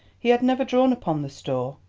he had never drawn upon the store,